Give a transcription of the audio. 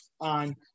on